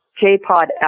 J-Pod